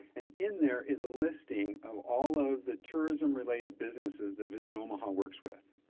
and in there is a listing of all of the tourism related businesses that visit omaha works with.